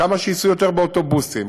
ככל שייסעו יותר באוטובוסים,